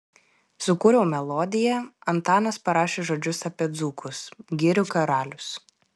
sukūriau melodiją antanas parašė žodžius apie dzūkus girių karalius